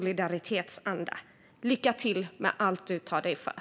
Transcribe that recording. Lycka till med allt du tar dig för!